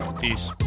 Peace